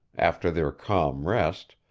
after their calm rest,